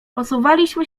posuwaliśmy